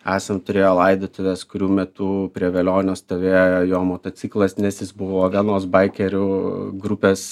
esant turėjo laidotuves kurių metu prie velionio stovėjo jo motociklas nes jis buvo vienos baikerių grupės